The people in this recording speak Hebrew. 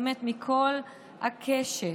באמת מכל הקשת,